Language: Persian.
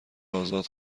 آزاد